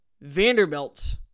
Vanderbilt